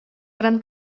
баран